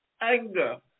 anger